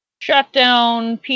Shutdown